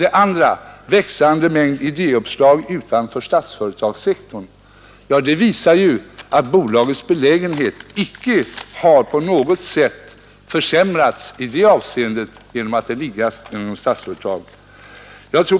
Den andra saken — växande mängd idéer och uppslag utanför Statsföretagssektorn — visar ju att bolagets belägenhet inte har på något sätt försämrats i det avseendet genom att det ligger under Statsföretag.